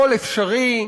הכול אפשרי,